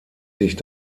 sich